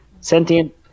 sentient